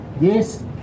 yes